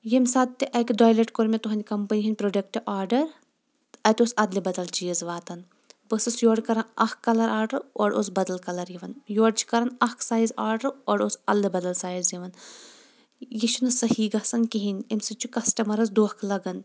ییٚمہِ ساتہٕ تہِ اَکہِ دۄیہِ لٹہِ کوٚر مےٚ تُہنٛدِ کمپنی ۂنٛدۍ پروڈکٹ آڈر تہٕ اَتہِ اوس اَدلہٕ بدل چیٖز واتان بہٕ أسٕس یورٕ کران اکھ کلر آڈر اورٕ اوس بدل کلر یِوان یورٕ چھ کران اکھ سایِز آڈر اورٕ اوس اَدلہِ بدل سایِز یِوان یہِ چھُنہٕ صحیٖح گژھان کہیٖنۍ أمہِ سۭتۍ چھُ کسٹمرس دونکھہٕ لگان